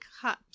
cups